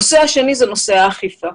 הנושא השני הוא נושא האכיפה.